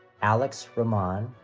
alex ramon,